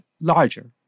larger